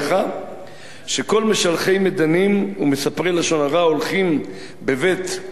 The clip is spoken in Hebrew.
שכל משלחי מדנים ומספרי לשון הרע הולכים בבית רעיהם,